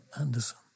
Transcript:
Anderson